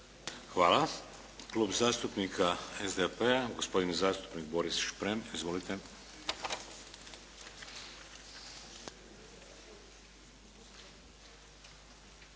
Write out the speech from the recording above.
Hvala. Klub zastupnika SDP-a gospodin zastupnik Boris Šprem. Izvolite.